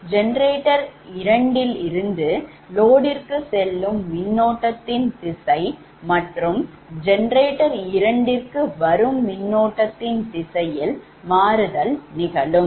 Generator 2 ல்இருந்து loadற்கு செல்லும் மின்னோட்டத்தின் திசை மற்றும் generator 2ற்கு வரும் மின்னோட்டத்தின் திசையில் மாறுதல் நிகழும்